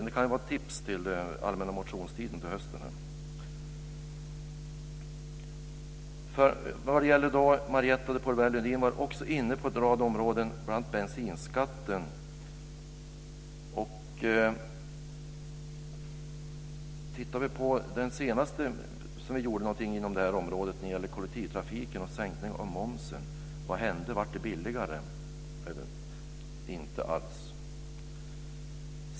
Det kan vara ett tips inför allmänna motionstiden till hösten. Marietta de Pourbaix-Lundin kom in på en rad områden, bl.a. bensinskatten. När vi senast gjorde någonting inom det här området när det gäller kollektivtrafiken och sänkningen av momsen, vad hände då? Blev det billigare? Inte alls.